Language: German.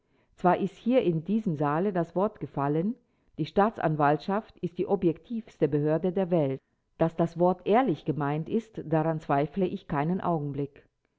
zwar ist hier in diesem saale das wort gefallen die staatsanwaltschaft ist die objektivste behörde der welt daß das wort ehrlich gemeint ist daran zweifle ich keinen augenblick